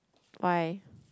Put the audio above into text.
why